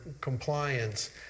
compliance